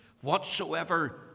whatsoever